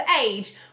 age